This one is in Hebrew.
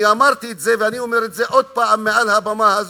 אני אמרתי את זה ואני אומר את זה עוד פעם מעל הבמה הזאת.